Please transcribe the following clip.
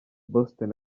boston